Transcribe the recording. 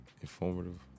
informative